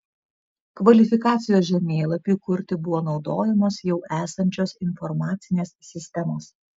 kvalifikacijos žemėlapiui kurti buvo naudojamos jau esančios informacinės sistemos